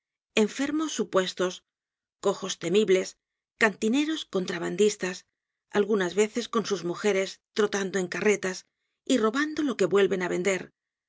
enfermos supuestos cojos temibles cantineros contrabandistas algunas veces con sus mujeres trotando en carretas y robando lo que vuelven á vender